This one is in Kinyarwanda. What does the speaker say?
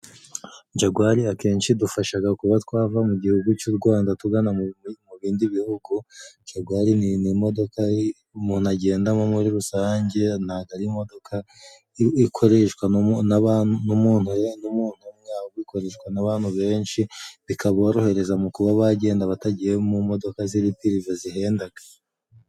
Jagwari akenshi idufashaga kuba twava mu gihugu cy'u Rwanda tugana mu bindi bihugu. Jagwari ni imodoka umuntu agendamo muri rusange ntabwo ari imodoka ikoreshwa n'umuntu umwe ahubwo ikoreshwa n'abantu benshi bikaborohereza mu kuba bagenda batagiye mu modoka ziri pirive zihendaga.